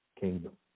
kingdom